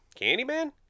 Candyman